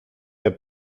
der